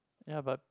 ya but